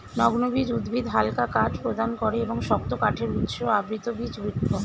নগ্নবীজ উদ্ভিদ হালকা কাঠ প্রদান করে এবং শক্ত কাঠের উৎস আবৃতবীজ বৃক্ষ